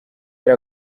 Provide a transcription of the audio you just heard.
yari